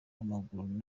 amaguru